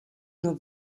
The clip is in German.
nur